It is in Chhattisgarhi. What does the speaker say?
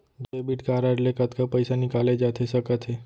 डेबिट कारड ले कतका पइसा निकाले जाथे सकत हे?